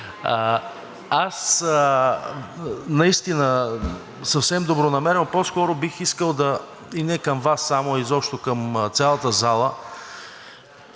Аз наистина съвсем добронамерено, по-скоро бих искал, и не към Вас само, а изобщо към цялата зала,